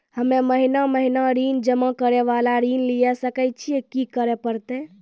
हम्मे महीना महीना ऋण जमा करे वाला ऋण लिये सकय छियै, की करे परतै?